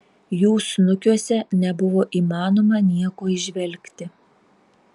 jų snukiuose nebuvo įmanoma nieko įžvelgti